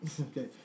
Okay